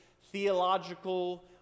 theological